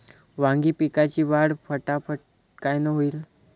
वांगी पिकाची वाढ फटाफट कायनं होईल?